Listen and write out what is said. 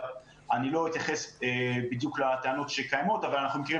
אני לא אתייחס לטענות שקיימות אבל אנחנו מכירים